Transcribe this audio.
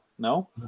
no